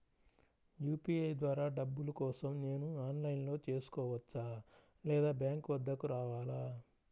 UPI ద్వారా డబ్బులు కోసం నేను ఆన్లైన్లో చేసుకోవచ్చా? లేదా బ్యాంక్ వద్దకు రావాలా?